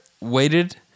waited